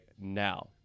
now